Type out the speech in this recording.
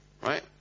right